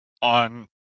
On